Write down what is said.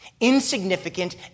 insignificant